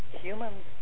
Humans